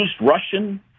Russian